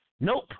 Nope